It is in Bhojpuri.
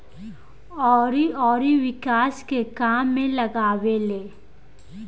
अउरी उ विकास के काम में लगावेले